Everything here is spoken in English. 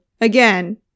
again